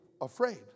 afraid